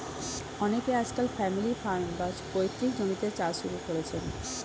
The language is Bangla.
অনেকে আজকাল ফ্যামিলি ফার্ম, বা পৈতৃক জমিতে চাষ শুরু করেছেন